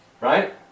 Right